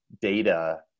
data